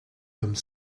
comme